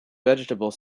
vegetable